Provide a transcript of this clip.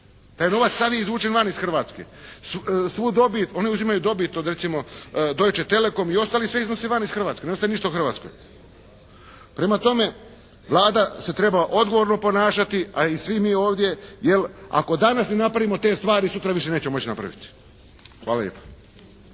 Taj novac sav je izvučen van iz Hrvatske. Svu dobit, oni uzimaju dobit od recimo, Deutche Telecom i ostali sve iznose van iz Hrvatske. Ne ostaje ništa u Hrvatskoj. Prema tome Vlada se treba odgovorno ponašati, a i svi mi ovdje jer ako danas ne napravimo te stvari sutra više nećemo moći napraviti. Hvala lijepa.